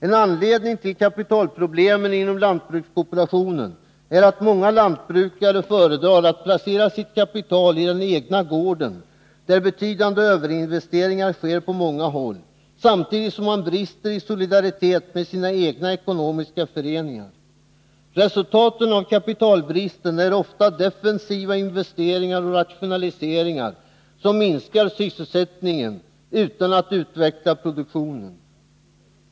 En anledning till kapitalproblemen inom lantbrukskooperationen är att många lantbrukare föredrar att placera sitt kapital i den egna gården, där betydande överinvesteringar sker på många håll, samtidigt som man brister i solidaritet med sina egna ekonomiska föreningar. Resultaten av kapitalbristen är ofta defensiva investeringar och rationaliseringar, som minskar sysselsättningen utan att utveckla produktionen.